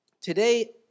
today